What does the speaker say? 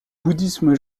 bouddhisme